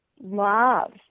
love